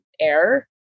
air